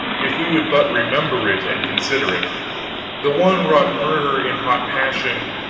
if we would but remember it and consider it the one wrought murder in hot passion,